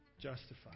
justified